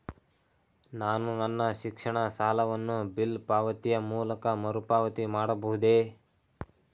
ನಾನು ನನ್ನ ಶಿಕ್ಷಣ ಸಾಲವನ್ನು ಬಿಲ್ ಪಾವತಿಯ ಮೂಲಕ ಮರುಪಾವತಿ ಮಾಡಬಹುದೇ?